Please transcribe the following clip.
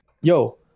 Yo